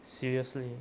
seriously eh